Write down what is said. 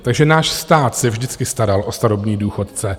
Takže náš stát se vždycky staral o starobní důchodce.